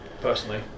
Personally